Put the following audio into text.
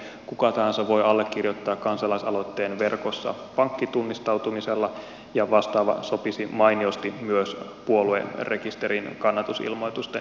kuka tahansa voi allekirjoittaa kansalaisaloitteen verkossa pankkitunnistautumisella ja vastaava sopisi mainiosti myös puoluerekisterin kannatusilmoitusten keräämiseen